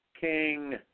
king